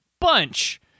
bunch